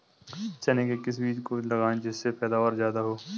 चने के किस बीज को लगाएँ जिससे पैदावार ज्यादा हो?